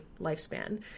lifespan